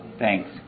Thanks